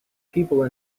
people